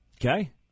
Okay